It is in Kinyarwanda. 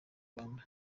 rwanda